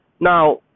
now